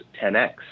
10x